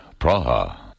Praha